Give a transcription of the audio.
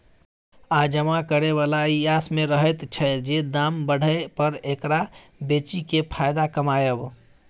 आ जमा करे बला ई आस में रहैत छै जे दाम बढ़य पर एकरा बेचि केँ फायदा कमाएब